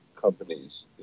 companies